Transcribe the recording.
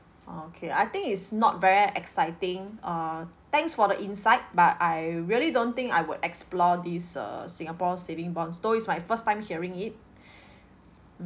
orh okay I think it's not very exciting err thanks for the insight but I really don't think I would explore this err singapore saving bonds though it's my first time hearing it